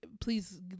please